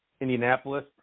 Indianapolis